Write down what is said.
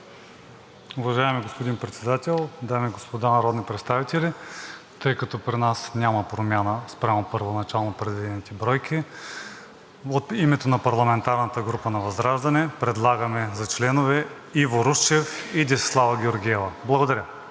Уважаеми господин Председател, дами и господа народни представители! Тъй като при нас няма промяна спрямо първоначално определените бройки, от името на парламентарна група ВЪЗРАЖДАНЕ предлагаме за членове Иво Русчев и Десислава Георгиева. Благодаря.